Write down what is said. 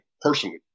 personally